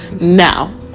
now